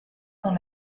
sont